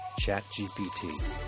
ChatGPT